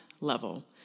level